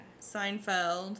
Seinfeld